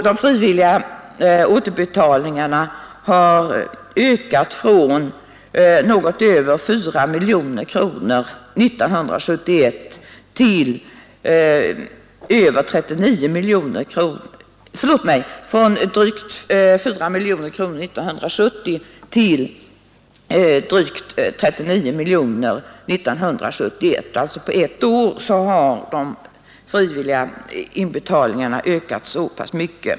De frivilliga återbetalningarna har ökat från något över 4 miljoner kronor 1970 till drygt 39 miljoner kronor 1971. På ett år har alltså de frivilliga inbetalningarna ökat så pass mycket.